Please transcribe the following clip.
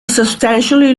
substantially